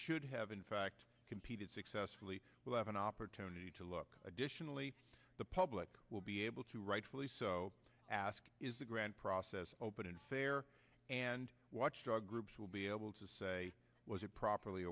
should have in fact competed successfully will have an opportunity to look additionally the public will be able to rightfully so ask is a grand process open and fair and watchdog groups will be able to say was it properly